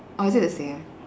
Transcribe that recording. or is it the same